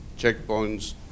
checkpoints